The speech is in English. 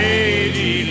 Lady